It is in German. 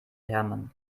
hermann